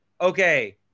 okay